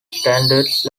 standards